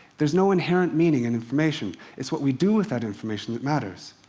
there's no inherent meaning in information. it's what we do with that information that matters.